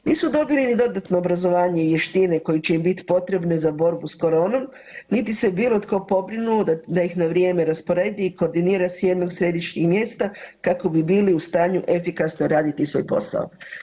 Nisu dobili ni dodatno obrazovanje i vještine koje će im biti potrebne za borbu sa coronom, niti se bilo tko pobrinuo da ih na vrijeme rasporedi i koordinira sa jednog središnjeg mjesta kako bi bili u stanju efikasno raditi svoj posao.